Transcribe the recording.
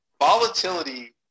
Volatility